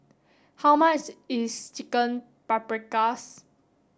how much is Chicken Paprikas